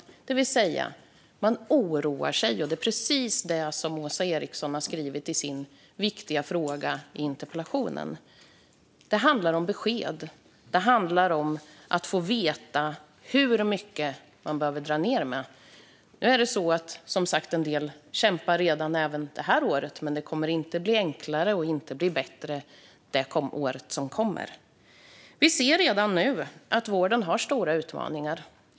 Kommuner och regioner oroar sig, och det är precis det Åsa Eriksson har skrivit om i sin viktiga interpellation. Det handlar om att få besked så att de kan veta hur mycket de måste dra ned. En del kämpar som sagt redan i år, och det kommer inte att bli enklare och bättre nästa år. Vården står redan inför stora utmaningar.